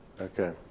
Okay